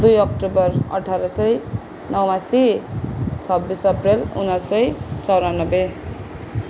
दुई अक्टोबर अठार सय नवासी छब्बिस एप्रिल उन्नाइस सौ चौरान्नबे